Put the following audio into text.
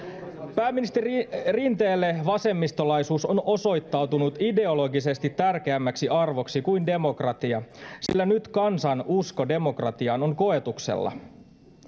pääministeri rinteelle vasemmistolaisuus on osoittautunut ideologisesti tärkeämmäksi arvoksi kuin demokratia sillä nyt kansan usko demokratiaan on koetuksella